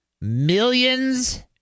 millions